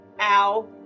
Ow